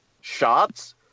shots